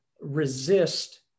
resist